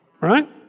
right